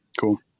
Cool